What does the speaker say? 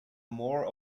more